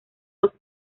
dos